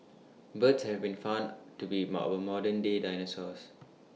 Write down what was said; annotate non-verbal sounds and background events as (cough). birds have been found to be (unintelligible) our modern day dinosaurs